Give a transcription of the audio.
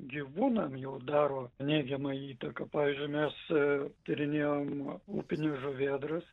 gyvūnam jau daro neigiamą įtaką pavyzdžiui mes tyrinėjom upines žuvėdras